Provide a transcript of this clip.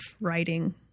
writing